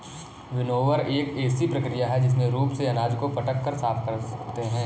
winnower एक ऐसी प्रक्रिया है जिसमें रूप से अनाज को पटक कर साफ करते हैं